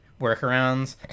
workarounds